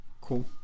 Cool